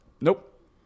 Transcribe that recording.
Nope